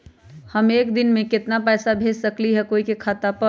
हम एक दिन में केतना पैसा भेज सकली ह कोई के खाता पर?